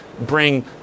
bring